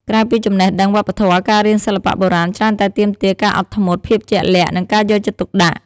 ក្រៅពីចំណេះដឹងវប្បធម៌ ការរៀនសិល្បៈបុរាណច្រើនតែទាមទារការអត់ធ្មត់ ភាពជាក់លាក់ និងការយកចិត្តទុកដាក់។